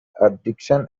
addiction